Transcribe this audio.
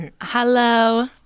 Hello